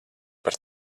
par